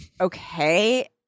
okay